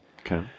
Okay